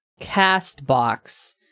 Castbox